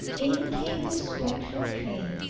in came the spectral train,